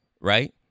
Right